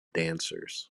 dancers